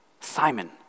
Simon